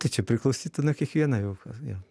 tai čia priklausytų nuo kiekvieno jau jo